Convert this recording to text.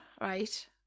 right